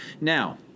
Now